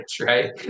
right